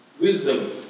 wisdom